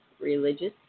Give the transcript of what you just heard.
religious